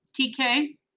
TK